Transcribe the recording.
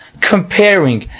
comparing